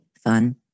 fun